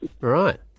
Right